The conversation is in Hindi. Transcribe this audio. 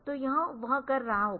तो यह वह कर रहा होगा